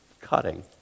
cutting